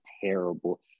terrible